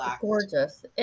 gorgeous